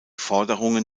forderungen